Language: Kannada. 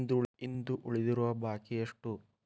ಇಂದು ಉಳಿದಿರುವ ಬಾಕಿ ಎಷ್ಟು?